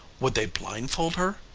would they blind-fold her?